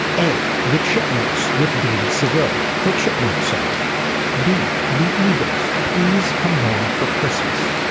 a. the chipmunks with david civil the chipmunk song be the eagles please come home for christmas.